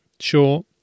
Sure